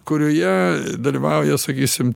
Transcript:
kurioje dalyvauja sakysim